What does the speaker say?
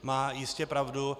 Má jistě pravdu.